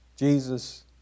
Jesus